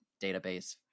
database